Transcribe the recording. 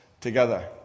together